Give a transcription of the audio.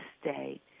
stay